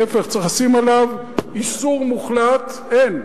להיפך, צריך לשים עליו איסור מוחלט, אין,